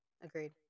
agreed